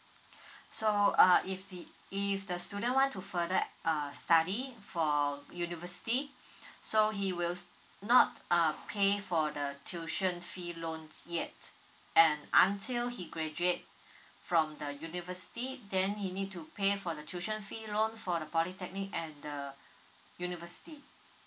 so uh if the if the student want to further uh study for university so he will not uh pay for the tuition fee loan yet and until he graduate from the university then he need to pay for the tuition fee loan for the polytechnic and the university